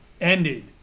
ended